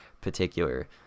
particular